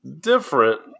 different